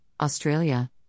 Australia